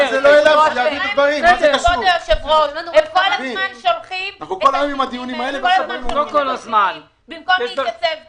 הם כל הזמן שולחים את הפקידים האלה במקום להתייצב כאן.